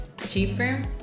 cheaper